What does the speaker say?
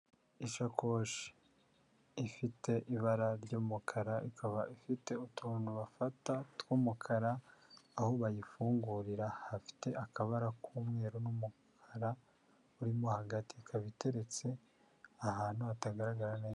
Isakoshi ifite ibara ry'umukara, ikaba ifite utuntu bafata tw'umukara aho bayifungurira hafite akabara k'umweru n'umukara urimo hagati, ikaba iteretse ahantu hatagaragara neza.